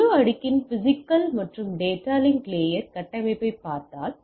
முழு அடுக்கின் பிஸிக்கல் மற்றும் டேட்டா லிங்க் லேயர்கட்டமைப்பைப் பார்த்தால்